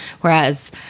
Whereas